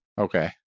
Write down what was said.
Okay